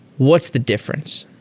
what's the difference?